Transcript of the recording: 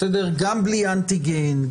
גם בלי אנטיגן,